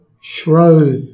Shrove